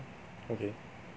okay